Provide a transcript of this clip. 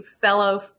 fellow